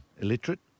illiterate